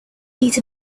beat